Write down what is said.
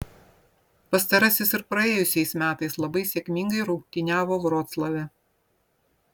pastarasis ir praėjusiais metais labai sėkmingai rungtyniavo vroclave